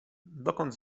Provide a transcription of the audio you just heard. dokąd